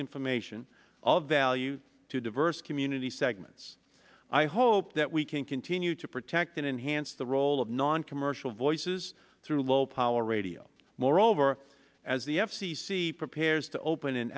information of value to diverse community segments i hope that we can continue to protect and enhance the role of noncommercial voices through low power radio moreover as the f c c prepares to open an